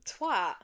Twat